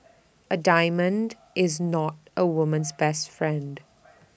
A diamond is not A woman's best friend